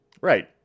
Right